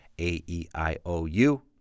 A-E-I-O-U